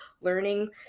learning